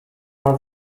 are